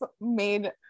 made